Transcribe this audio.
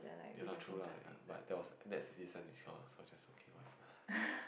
ya lah true lah ya but that was that's fifty cents discount so I just okay whatever